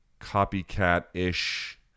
copycat-ish